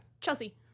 Chelsea